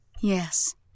Yes